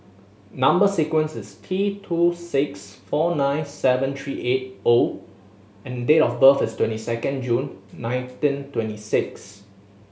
number sequence is T two six four nine seven three eight O and date of birth is twenty second June nineteen twenty six